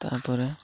ତା'ପରେ